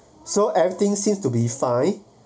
so everything seems to be fine